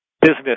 business